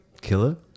killer